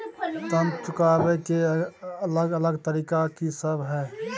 ऋण चुकाबय के अलग अलग तरीका की सब हय?